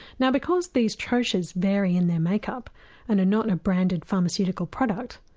now because these troches vary in their makeup and are not in a branded pharmaceutical product,